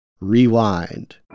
Rewind